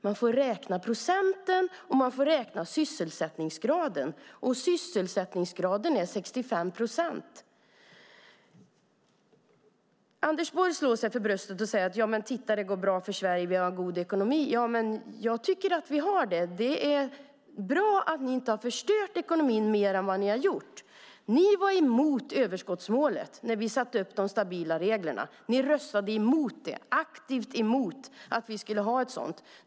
Man får räkna procenten, och man får räkna sysselsättningsgraden. Och sysselsättningsgraden är 65 procent. Anders Borg slår sig för bröstet och säger: Ja, men titta, det går bra för Sverige och vi har god ekonomi! Jag tycker att vi har det. Det är bra att ni inte har förstört ekonomin mer än vad ni har gjort. Ni var emot överskottsmålet när vi satte upp de stabila reglerna. Ni röstade aktivt emot att vi skulle ha ett sådant.